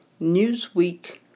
Newsweek